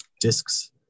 discs